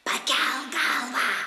pakelk galvą